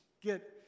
get